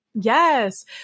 Yes